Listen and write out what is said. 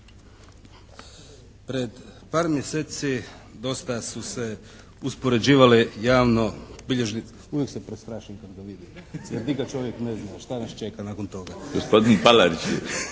Pred par mjeseci dosta su se uspoređivale javno… Uvijek se prestrašim kad ga vidim, jer nikad čovjek ne zna šta nas čeka nakon toga. **Milinović,